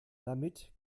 damit